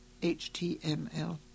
html